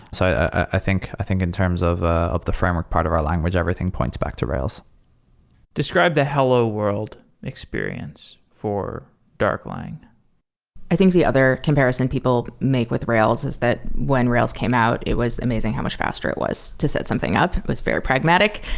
so i think i think in terms of ah the framework part of our language, everything points back to rails described the hello world experience for darklang i think the other comparison people make with rails is that when rails came out, it was amazing how much faster it was to set something up. it was very pragmatic.